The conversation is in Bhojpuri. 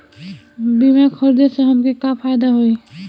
बीमा खरीदे से हमके का फायदा होई?